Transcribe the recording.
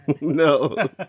No